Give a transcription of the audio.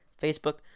Facebook